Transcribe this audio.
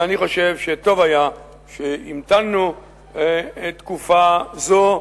ואני חושב שטוב היה שהמתנו תקופה זו,